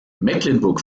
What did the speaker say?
mecklenburg